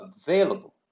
available